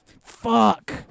Fuck